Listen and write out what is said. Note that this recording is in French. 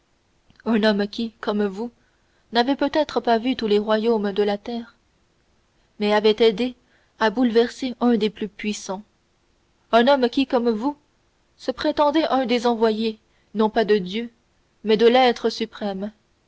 un homme qui comme vous n'avait peut-être pas vu tous les royaumes de la terre mais avait aidé à bouleverser un des plus puissants un homme qui comme vous se prétendait un des envoyés non pas de dieu mais de l'être suprême